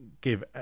give